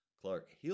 Clark